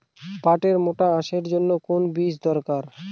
পাটের মোটা আঁশের জন্য কোন বীজ দরকার?